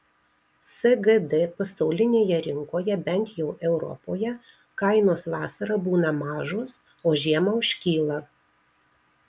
sgd pasaulinėje rinkoje bent jau europoje kainos vasarą būna mažos o žiemą užkyla